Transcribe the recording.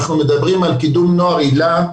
אנחנו מדברים על קידום נוער היל"ה,